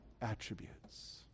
attributes